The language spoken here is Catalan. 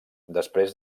després